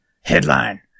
Headline